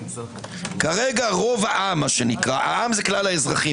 כרגע רוב העם כלל האזרחים